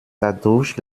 dadurch